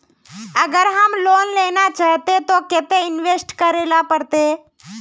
अगर हम लोन लेना चाहते तो केते इंवेस्ट करेला पड़ते?